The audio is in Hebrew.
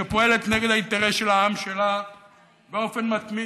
שפועלת נגד האינטרס של העם שלה באופן מתמיד.